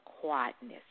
quietness